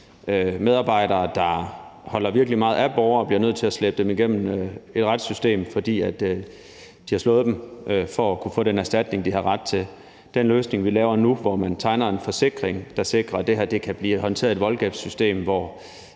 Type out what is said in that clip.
medarbejdere, der holder virkelig meget af borgere, bliver nødt til at slæbe dem igennem et retssystem, fordi borgerne har slået dem, for at kunne få den erstatning, de har ret til. I den løsning, vi laver nu, tegner man en forsikring, der sikrer, at det her kan blive håndteret i et voldsskadesystem, i